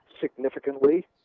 significantly